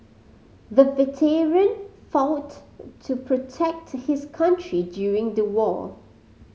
the veteran fought to protect his country during the war